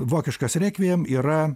vokiškas rekviem yra